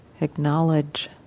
Acknowledge